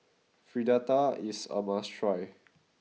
Fritada is a must try